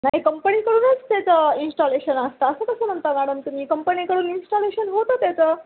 नाही कंपनीकडूनच त्याचं इंस्टॉलेशन असतं असं कसं म्हणता मॅडम तुम्ही कंपनीकून इन्स्टॉलेशन होतं त्याचं